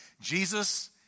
Jesus